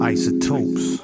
Isotopes